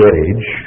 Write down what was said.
age